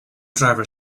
driver